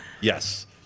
Yes